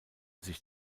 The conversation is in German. sich